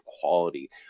quality